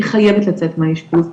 היא חייבת לצאת מהאשפוז,